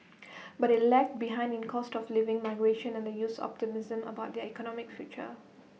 but IT lagged behind in cost of living migration and the youth's optimism about their economic future